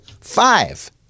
Five